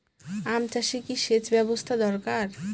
আম চাষে কি সেচ ব্যবস্থা দরকার?